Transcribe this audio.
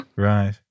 Right